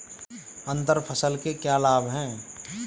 अंतर फसल के क्या लाभ हैं?